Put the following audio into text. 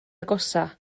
agosaf